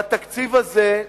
בתקציב הזה.